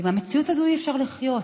ועם המציאות הזו אי-אפשר לחיות.